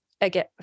again